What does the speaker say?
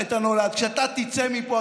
כשאתה תצא מפה,